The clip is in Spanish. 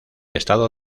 estado